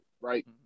right